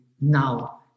now